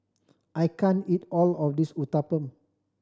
I can't eat all of this Uthapam